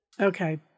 Okay